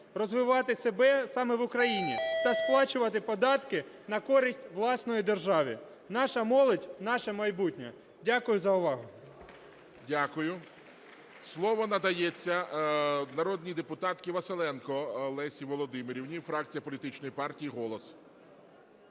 розвивати себе саме в Україні та сплачувати податки на користь власної держави. Наша молодь – наше майбутнє. Дякую за увагу. ГОЛОВУЮЧИЙ. Дякую. Слово надається народній депутатці Василенко Лесі Володимирівні, фракція політичної партії "Голос"